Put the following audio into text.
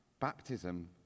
Baptism